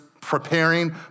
preparing